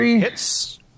Hits